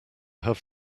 have